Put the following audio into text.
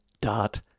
dot